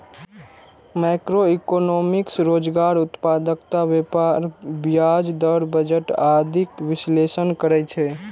macroeconomics रोजगार, उत्पादकता, व्यापार, ब्याज दर, बजट आदिक विश्लेषण करै छै